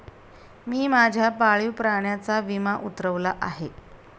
मी माझ्या पाळीव प्राण्याचा विमा उतरवला आहे